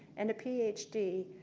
and a ph d.